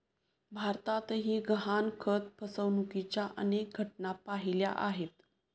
भारतातही गहाणखत फसवणुकीच्या अनेक घटना पाहिल्या आहेत